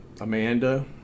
Amanda